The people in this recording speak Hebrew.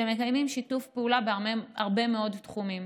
שמקיימים שיתוף פעולה בהרבה מאוד תחומים,